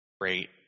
great